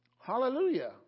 Hallelujah